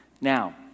Now